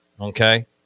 okay